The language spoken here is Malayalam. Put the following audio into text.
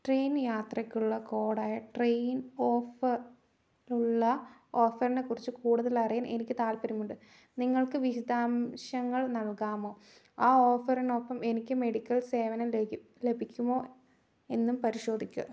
ട്രെയിൻ യാത്രയ്ക്കുള്ള കോഡ് ആയ ട്രെയിൻ ഓഫർ ഉള്ള ഓഫറിനെക്കുറിച്ച് കൂടുതലറിയാൻ എനിക്ക് താൽപ്പര്യമുണ്ട് നിങ്ങൾക്ക് വിശദാംശങ്ങൾ നൽകാമോ ആ ഓഫറിനൊപ്പം എനിക്ക് മെഡിക്കൽ സേവനം ലഭിക്കുമോ എന്നും പരിശോധിക്കുക